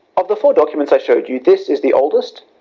of the four documents i showed you this is the oldest.